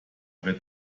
wird